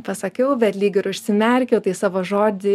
pasakiau bet lyg ir užsimerkiau tai savo žodį